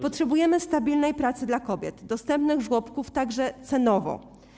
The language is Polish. Potrzebujemy stabilnej pracy dla kobiet, dostępnych żłobków, także cenowo.